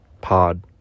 Pod